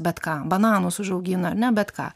bet ką bananus užaugina ane bet ką